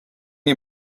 you